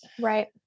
right